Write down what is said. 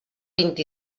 vint